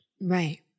Right